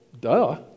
duh